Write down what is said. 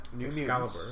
Excalibur